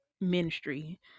ministry